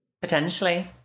Potentially